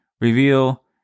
reveal